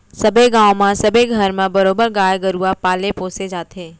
सबे गाँव म सबे घर म बरोबर गाय गरुवा पाले पोसे जाथे